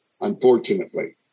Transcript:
unfortunately